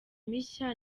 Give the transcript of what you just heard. mishya